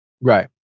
Right